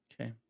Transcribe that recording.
Okay